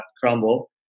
crumble